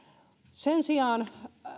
sen sijaan